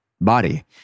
body